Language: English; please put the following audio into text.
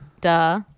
Duh